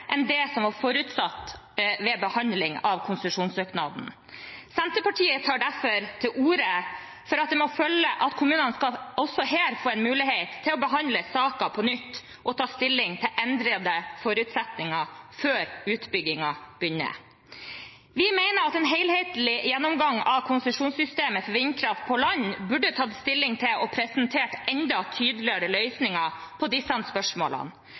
enn det som var forutsatt ved behandling av konsesjonssøknaden. Senterpartiet tar derfor til orde for at det må følge at kommunene også her skal få en mulighet til å behandle saken på nytt og ta stilling til endrede forutsetninger før utbyggingen begynner. Vi mener at en helhetlig gjennomgang av konsesjonssystemet for vindkraft på land burde tatt stilling til og presentert enda tydeligere løsninger på disse spørsmålene.